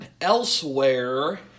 Elsewhere